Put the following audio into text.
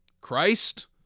Christ